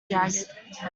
jagged